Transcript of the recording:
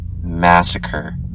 Massacre